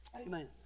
Amen